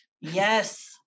yes